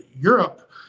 Europe